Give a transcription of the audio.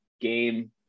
game